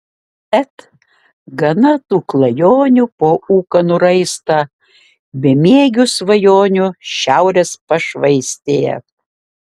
et gana tų klajonių po ūkanų raistą bemiegių svajonių šiaurės pašvaistėje